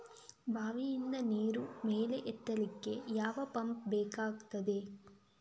ಬಾವಿಯಿಂದ ನೀರು ಮೇಲೆ ಎತ್ತಲಿಕ್ಕೆ ಯಾವ ಪಂಪ್ ಬೇಕಗ್ತಾದೆ?